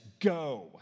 go